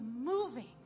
moving